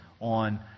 on